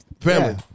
Family